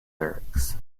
lyrics